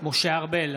משה ארבל,